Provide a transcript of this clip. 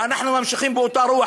ואנחנו ממשיכים באותה רוח,